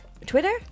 Twitter